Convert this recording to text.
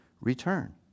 return